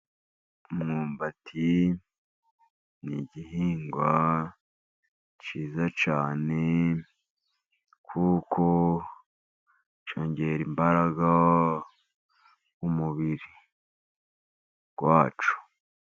Umwumbati ni gihingwa cyiza kuko cyongera imbaraga mu mubiri wacu.